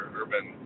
urban